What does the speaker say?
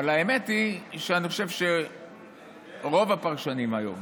אבל האמת היא שאני חושב שרוב הפרשנים היום